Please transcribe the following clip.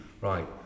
Right